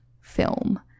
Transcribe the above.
film